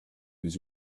was